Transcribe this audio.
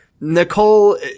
Nicole